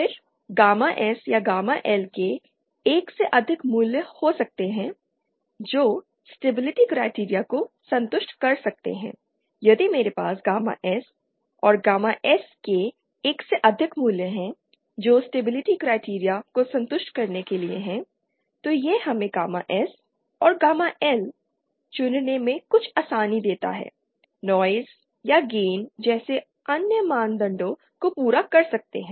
फिर gamma S या gamma L के एक से अधिक मूल्य हो सकते हैं जो स्टेबिलिटी क्राइटेरिया को संतुष्ट कर सकते हैं यदि मेरे पास गामा S और गामा S के एक से अधिक मूल्य हैं जो स्टेबिलिटी क्राइटेरिया को संतुष्ट करने के लिए है तो यह हमें गामा S और गामा L चुनने में कुछ आसानी देता है नॉइज़ या गेन जैसे अन्य मानदंडों को पूरा कर सकते है